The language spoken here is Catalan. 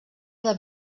del